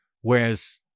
Whereas